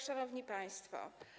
Szanowni Państwo!